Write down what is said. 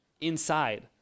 inside